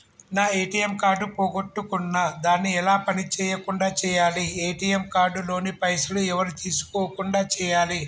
నా ATM card పోగొట్టుకున్నా దాన్ని ఎలా పని చేయకుండా చేయాలి ఏ.టి.ఎమ్ కార్డు లోని పైసలు ఎవరు తీసుకోకుండా చేయాలి?